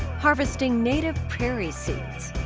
harvesting native prairie seeds,